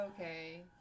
Okay